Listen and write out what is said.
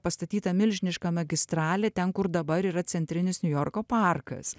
pastatyta milžiniška magistralė ten kur dabar yra centrinis niujorko parkas